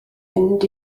mynd